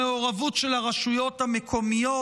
למעורבות של הרשויות המקומיות.